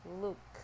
Luke